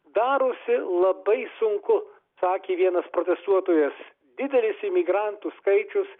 darosi labai sunku sakė vienas protestuotojas didelis imigrantų skaičius